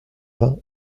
vingt